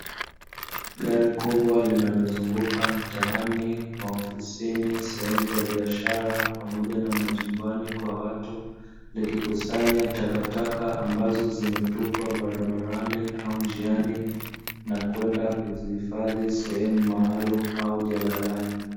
Gari kubwa linalozunguka mtaani, maofisini, sehemu za biashara pamoja na majumbani kwa watu, likikusanya takataka ambazo zimetupwa barabani au njiani, na kwenda kuzihifadhi sehemu maalumu au jalalani.